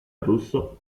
russo